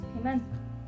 amen